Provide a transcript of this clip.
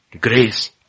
grace